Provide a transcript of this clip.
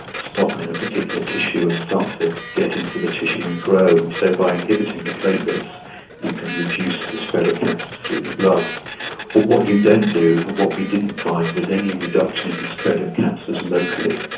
stop in a particular tissue and start to get into the tissue and grow. and so by inhibiting the platelets you can reduce the spread of cancers through the blood. but what you don't do and what we didn't find was any reduction in the spread of cancers locally,